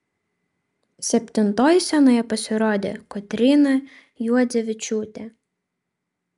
septintoji scenoje pasirodė kotryna juodzevičiūtė